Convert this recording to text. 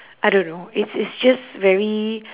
I don't know it's it's just very